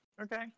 Okay